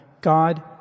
God